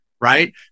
Right